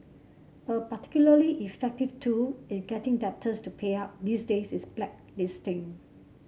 a particularly effective tool in getting debtors to pay up these days is blacklisting